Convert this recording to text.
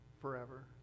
forever